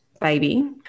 baby